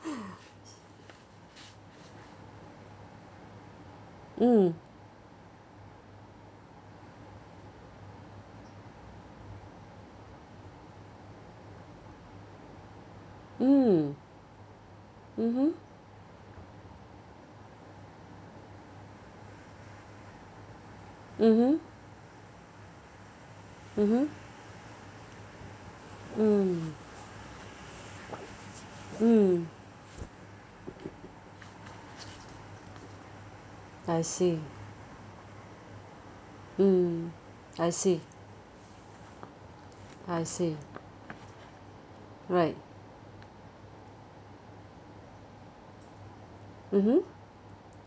mm mm mmhmm mmhmm mmhmm mm mm I see mm I see I see right mmhmm